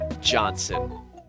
Johnson